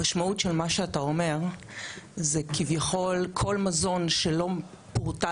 המשמעות של מה שאתה אומר זה כביכול כל מזון שלא פורטה